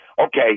okay